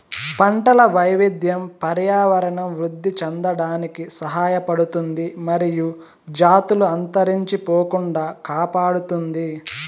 పంటల వైవిధ్యం పర్యావరణం వృద్ధి చెందడానికి సహాయపడుతుంది మరియు జాతులు అంతరించిపోకుండా కాపాడుతుంది